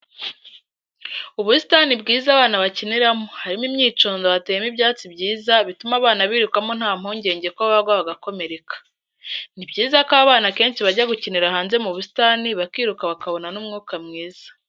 Ubusitani bwiza abana bakinira mo , harimo imyicundo , hateyemo ibyatsi byiza bituma abana biruka mo nta mpungenge ko bagwa bagakomereka. Ni byiza ko abana kenshi bajya gukinira hanze mu busitani bakiruka bakabona n'umwuka mwiza.